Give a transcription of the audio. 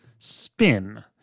Spin